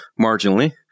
marginally